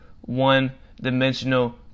one-dimensional